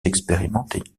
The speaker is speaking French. expérimentés